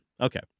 okay